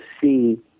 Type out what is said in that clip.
see